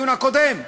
בדיון הקודם,